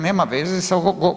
nema veze sa.